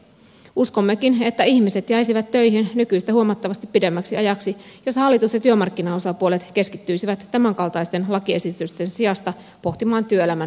uskommekin että ihmiset jäisivät töihin nykyistä huomattavasti pidemmäksi ajaksi jos hallitus ja työmarkkinaosapuolet keskittyisivät tämänkaltaisten lakiesitysten sijasta pohtimaan työelämän laatukysymyksiä